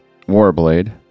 warblade